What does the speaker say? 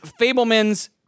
Fablemans